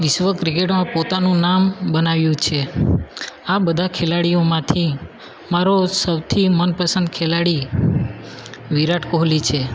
વિશ્વ ક્રિકેટમાં પોતાનું નામ બનાવ્યું છે આ બધા ખેલાડીઓમાંથી મારો સૌથી મનપસંદ ખેલાડી વિરાટ કોહલી છે